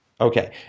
Okay